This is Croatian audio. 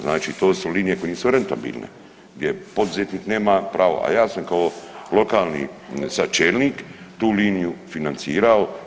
Znači to su linije koje nisu rentabilne gdje poduzetnik nema pravo, a ja sam kao lokalni sada čelnik tu liniju financirao.